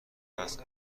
است